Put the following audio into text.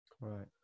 Right